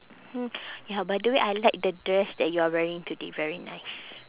mm ya by the way I like the dress that you're wearing today very nice